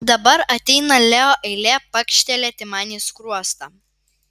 dabar ateina leo eilė pakštelėti man į skruostą